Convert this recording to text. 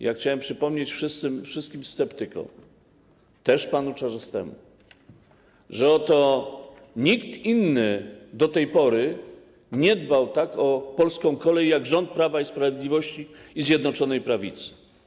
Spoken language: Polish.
Ja chciałem przypomnieć wszystkim sceptykom, też panu Czarzastemu, że nikt inny do tej pory nie dbał tak o polską kolej jak rząd Prawa i Sprawiedliwości i Zjednoczonej Prawicy.